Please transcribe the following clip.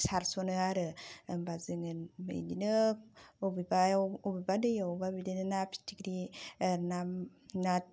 सारसनो आरो होमबा जोङो बिदिनो अबेबायाव अबेबा दैयाव अबेबा बिदिनो ना फिथिख्रि ना